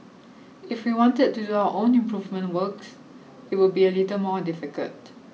if we wanted to do our own improvement works it would be a little more difficult